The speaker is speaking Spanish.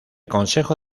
consejo